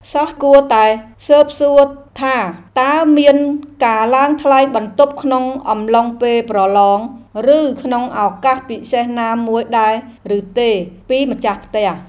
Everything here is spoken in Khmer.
សិស្សគួរតែស៊ើបសួរថា តើមានការឡើងថ្លៃបន្ទប់ក្នុងអំឡុងពេលប្រឡង ឬក្នុងឱកាសពិសេសណាមួយដែរឬទេពីម្ចាស់ផ្ទះ។